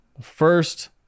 first